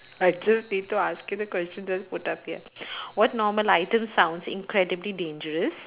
I just need to ask you the question as put up here what normal items sounds incredibly dangerous